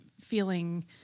feeling